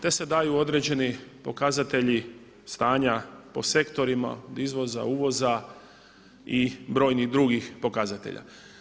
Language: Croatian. Te se daju određeni pokazatelji stanja po sektorima od izvoza, uvoza i brojnih drugih pokazatelja.